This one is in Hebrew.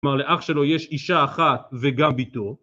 כלומר לאח שלו יש אישה אחת וגם ביתו